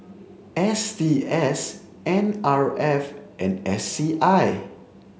S T S N R F and S C I